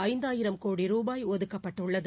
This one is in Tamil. ஐயாயிரம் கோடி ரூபாய் ஒதுக்கப்பட்டுள்ளது